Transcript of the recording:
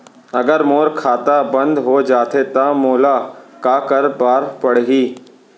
अगर मोर खाता बन्द हो जाथे त मोला का करे बार पड़हि?